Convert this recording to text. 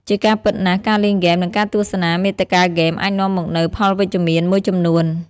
ជាការពិតណាស់ ការលេងហ្គេម និងការទស្សនាមាតិកាហ្គេមអាចនាំមកនូវ ផលវិជ្ជមាន មួយចំនួន។